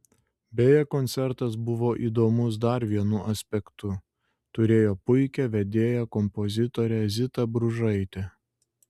beje koncertas buvo įdomus dar vienu aspektu turėjo puikią vedėją kompozitorę zitą bružaitę